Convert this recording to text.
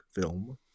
film